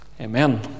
Amen